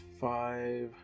five